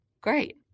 Great